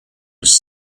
was